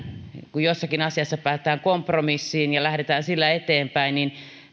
kun jossakin asiassa päästään kompromissiin ja lähdetään sillä eteenpäin niin